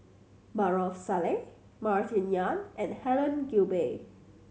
Maarof Salleh Martin Yan and Helen Gilbey